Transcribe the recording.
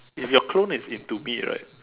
if your clone is into me right